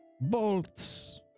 Bolts